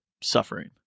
suffering